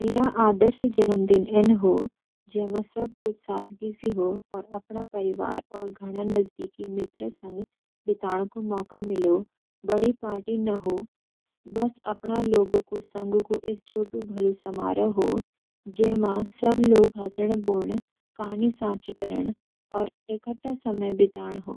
मेरा आदर्श जन्मदिन ऐन हो जं म सबकुछ सादगी स हो, और अपणा परिवार और घणा नजदीकी मित्रां संग बिताण क मौका मिलो। बडि पार्टी न हो, बस अपणा लोगां क संग कू एक छोटू-भलू समारो हो, जजे मां सब लोग हँसण-बोलण, कहानी-सांची करण, और एकठा समय बिताण हो।